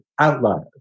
outliers